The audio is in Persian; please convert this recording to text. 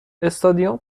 استادیوم